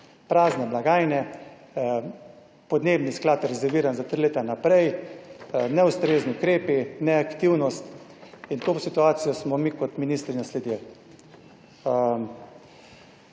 Prazne blagajne, podnebni sklad rezerviran za tri leta v naprej, neustrezni ukrepi, neaktivnost in to situacijo smo mi kot ministri nasledili.